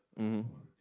mmhmm